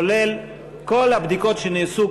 כולל כל הבדיקות שנעשו,